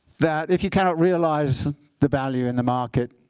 that if you cannot realize the value in the market,